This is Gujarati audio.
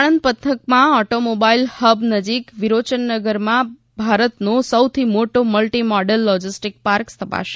સાણંદ પંથકમાં ઓટોમોબાઇલ હબ નજીક વિરોચનનગરમાં ભારતનો સૌથી મોટો મલ્ટી મોડેલ લોજિસ્ટીક પાર્ક સ્થપાશે